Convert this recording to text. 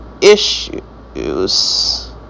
issues